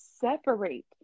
separate